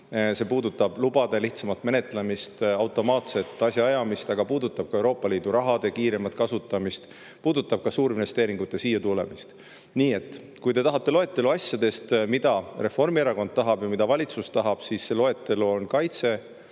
planeerimist, lubade lihtsamat menetlemist, automaatset asjaajamist, aga puudutab ka Euroopa Liidu raha kiiremat kasutamist ja suurinvesteeringute siia [toomist]. Nii et kui te tahate loetelu asjadest, mida Reformierakond ja mida valitsus tahab, siis see loetelu on kaitse,